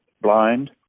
blind